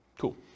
Cool